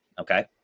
okay